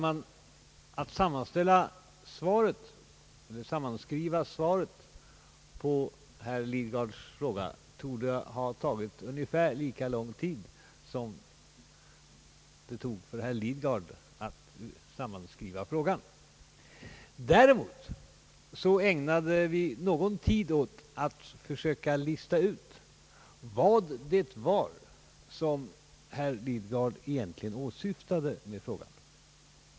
Herr talman! Att sammanskriva svaret på herr Lidgards fråga torde ha tagit ungefär lika lång tid som det tog för herr Lidgard att sammanskriva frågan. Däremot ägnade vi någon tid åt att försöka lista ut vad herr Lidgard egentligen åsyftade med frågan.